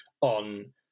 on